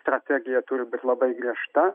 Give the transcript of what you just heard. strategija turi būt labai griežta